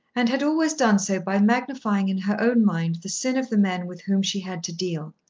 and had always done so by magnifying in her own mind the sin of the men with whom she had to deal.